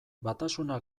batasuna